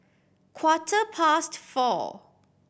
quarter past four